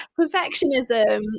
perfectionism